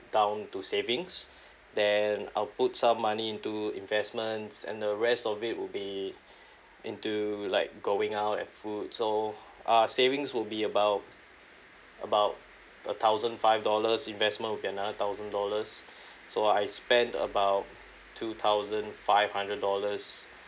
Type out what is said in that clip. down to savings then I'll put some money into investments and the rest of it would be into like going out and food so uh savings will be about about a thousand five dollars investment another thousand dollars so I spend about two thousand five hundred dollars